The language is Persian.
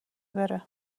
بره